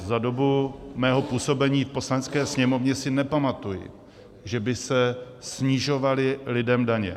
Za dobu mého působení v Poslanecké sněmovně si nepamatuji, že by se snižovaly lidem daně.